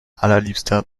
allerliebster